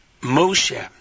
Moshe